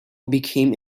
became